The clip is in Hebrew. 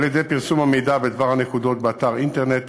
על-ידי פרסום המידע בדבר הנקודות באתר אינטרנט,